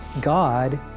God